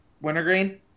Wintergreen